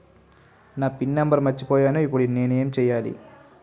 నా PIN number మర్చిపోయాను ఇప్పుడు నేను ఎంచేయాలి?